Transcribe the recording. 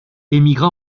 émigra